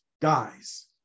dies